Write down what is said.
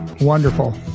Wonderful